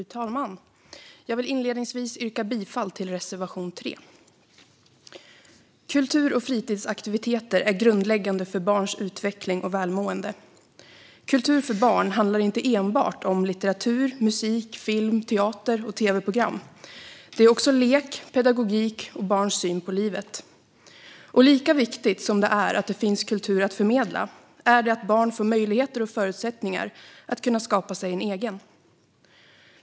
Fru talman! Jag vill inledningsvis yrka bifall till reservation 3. Kultur och fritidsaktiviteter är grundläggande för barns utveckling och välmående. Kultur för barn handlar inte enbart om litteratur, musik, film, teater och tv-program. Det är också lek, pedagogik och barns syn på livet. Och lika viktigt som det är att det finns kultur att förmedla är det att barn får möjligheter och förutsättningar att skapa sig en egen.